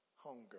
hunger